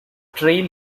trail